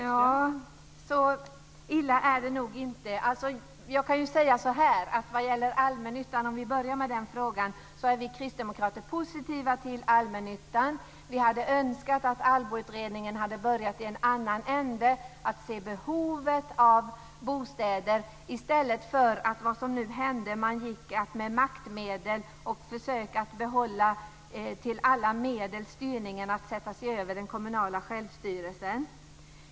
Fru talman! Så illa är det nog inte. Om vi börjar med frågan om allmännyttan är vi kristdemokrater positiva till den. Vi hade önskat att ALLBO utredningen hade börjat i en annan ände, att man hade sett behovet av bostäder i stället för att som nu med maktmedel och med alla medel försöka behålla styrningen och sätta sig över den kommunala självstyrelsen.